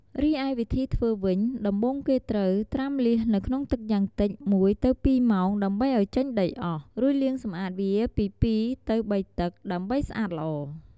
រីឯវិធីធ្វើវិញ ដំបូងគេត្រូវ ត្រាំលាសនៅក្នុងទឹកយ៉ាងតិច ១ទៅ២ម៉ោងដើម្បីឲ្យចេញដីអស់ រួចលាងសម្អាតវាពី ២ ទៅ៣ទឹក ដើម្បីស្អាតល្អ។